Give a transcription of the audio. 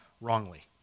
wrongly